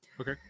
Okay